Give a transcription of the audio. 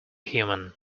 human